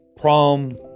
prom